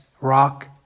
rock